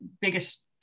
biggest